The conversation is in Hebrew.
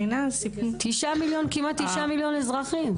כמעט תשעה מיליון אזרחים.